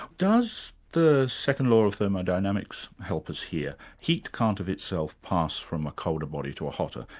does the second law of thermodynamics help us here? heat can't of itself pass from a colder body to a hotter.